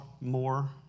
more